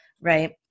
Right